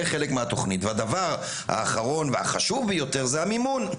זה חלק מהתוכנית והדבר האחרון והחשוב ביותר זה המימון,